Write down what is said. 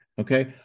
Okay